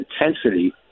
intensity